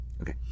okay